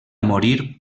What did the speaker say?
morir